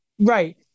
Right